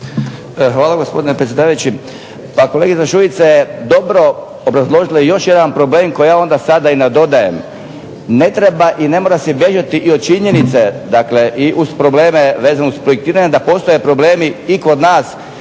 Hvala gospodine predsjedavajući. Pa kolegica Šuica je dobro obrazložila problem koji ja sada i nadodajem. Ne treba i ne mora se bježati od činjenice dakle i uz probleme vezane uz projektiranje da postoje problemi i kod nas